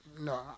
no